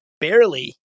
barely